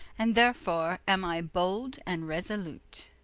and therefore am i bold and resolute.